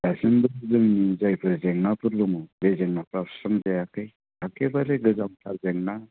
दासिमबो जोंनि जायफोर जेंनाफोर दङ बे जेंनाफ्रा सुस्रांजायाखै एखेबारे गोजामथार जेंना